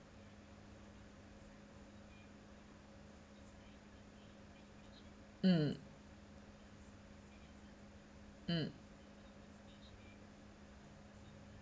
mm mm